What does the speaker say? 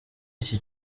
iki